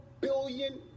billion